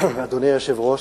אדוני היושב-ראש,